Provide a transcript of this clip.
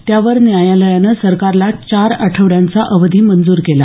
त्यावर न्यायालयानं सरकारला चार आठवड्यांचा अवधी मंजूर केला